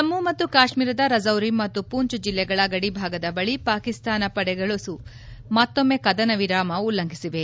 ಜಮ್ಮು ಮತ್ತು ಕಾಶ್ಮೀರದ ರಜೌರಿ ಮತ್ತು ಪೂಂಚ್ ಜಿಲ್ಲೆಗಳ ಗಡಿ ಭಾಗದ ಬಳಿ ಪಾಕಿಸ್ತಾನ ಸೇನಾಪಡೆಗಳು ಮತ್ತೊಮ್ನೆ ಕದನ ವಿರಾಮ ಉಲ್ಲಂಘಿಸಿವೆ